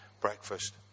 breakfast